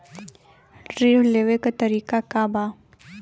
ऋण लेवे के तरीका का बा?